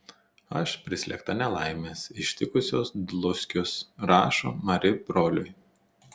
aš prislėgta nelaimės ištikusios dluskius rašo mari broliui